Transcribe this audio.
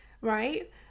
right